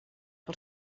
que